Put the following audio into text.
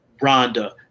Rhonda